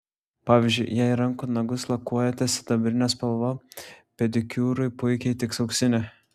pavyzdžiui jei rankų nagus lakuojate sidabrine spalva pedikiūrui puikiai tiks auksinė